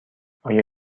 آیا